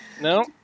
no